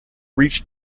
reach